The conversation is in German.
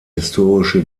historische